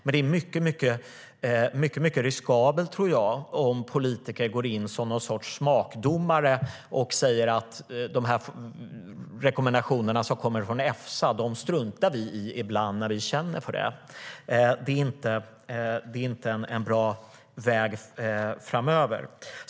Men det är mycket riskabelt om politiker går in som någon sorts smakdomare och säger att man ibland när man känner för det struntar i Efsas rekommendationer. Det är inte en bra väg att gå framöver.